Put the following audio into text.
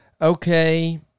Okay